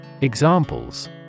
Examples